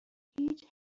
هیچ